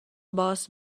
boss